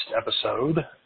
episode